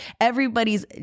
everybody's